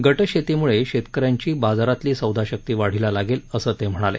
गटशेतीमुळे शेतकऱ्यांची बाजारातली सौदाशक्ती वाढीला लागेल असंही ते म्हणाले